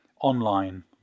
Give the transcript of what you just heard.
online